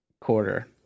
quarter